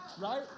Right